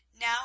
Now